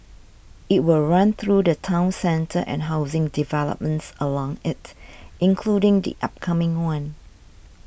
it will run through the town centre and housing developments along it including the upcoming one